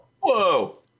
Whoa